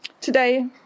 today